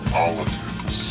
Politics